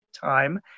time